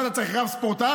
מה, צריך רב ספורטז'?